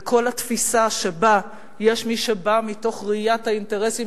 וכל התפיסה שבה יש מי שבא מתוך ראיית האינטרסים